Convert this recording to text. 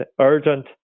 urgent